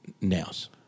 nails